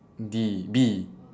D B